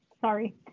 sorry